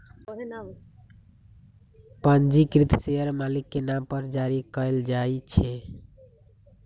पंजीकृत शेयर मालिक के नाम पर जारी कयल जाइ छै